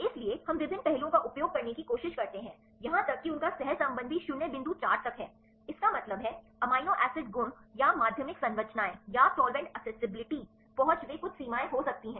इसलिए हम विभिन्न पहलुओं का उपयोग करने की कोशिश करते हैं यहां तक कि उनका सहसंबंध भी 0 बिंदु चार तक है इसका मतलब है अमीनो एसिड गुण या माध्यमिक संरचनाएं या सॉल्वेंट एक्सेसिबिलिटी पहुंच वे कुछ सीमाएं हो सकती हैं